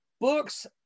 books